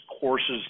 courses